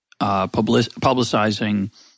publicizing